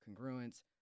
congruence